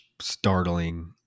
startling